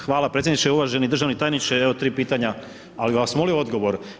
Hvala predsjedniče, uvaženi državni tajniče, evo 3 pitanja, ali bih vas molio odgovor.